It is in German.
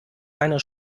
meiner